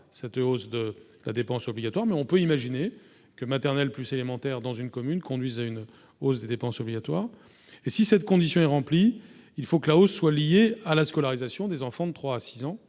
cette hausse de la dépense obligatoire mais on peut imaginer que maternelle plus élémentaire dans une commune, conduisent à une hausse des dépenses obligatoires et si cette condition est remplie, il faut que la hausse soit liée à la scolarisation des enfants de 3 à 6 ans,